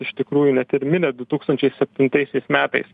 iš tikrųjų net ir mirė du tūkstančiai septintaisiais metais